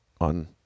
on